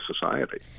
society